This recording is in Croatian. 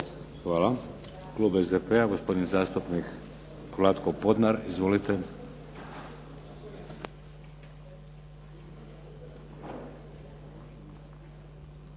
Hvala. Klub SDP-a, gospodin zastupnik Vlatko Podnar. Izvolite.